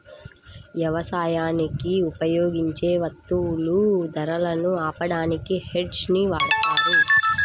యవసాయానికి ఉపయోగించే వత్తువుల ధరలను ఆపడానికి హెడ్జ్ ని వాడతారు